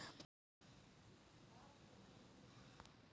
पारिवारिक फार्म लगी आवेदक के पास बीपीएल राशन कार्ड रहे के चाहि